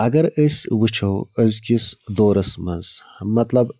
اگر أسۍ وُچھو أزۍکِس دورَس منٛز مطلب